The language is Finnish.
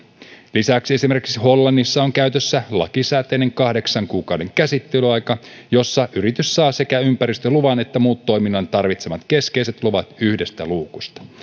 lisäksi esimerkiksi hollannissa on käytössä lakisääteinen kahdeksan kuukauden käsittelyaika jossa yritys saa sekä ympäristöluvan että muut toiminnan tarvitsemat keskeiset luvat yhdestä luukusta